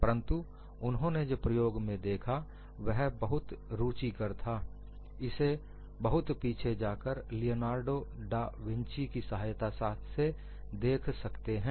परंतु उन्होंने जो प्रयोगों में देखा वह बहुत रूचिकर था इसे बहुत पीछे जाकर लियोनार्दो डा विंची की सहायता से देख सकते हैं